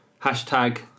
hashtag